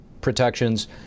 protections